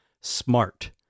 SMART